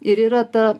ir yra ta